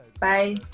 bye